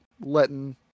letting